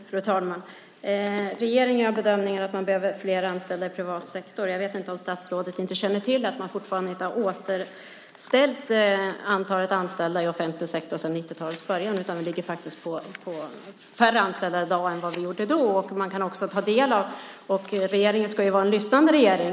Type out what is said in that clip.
Fru talman! Regeringen gör bedömningen att man behöver fler anställda i privat sektor. Jag vet inte om statsrådet inte känner till att man fortfarande inte har återställt antalet anställda i offentlig sektor sedan 90-talets början. Vi har faktiskt färre anställda i dag än vi hade då. Regeringen ska vara en lyssnande regering.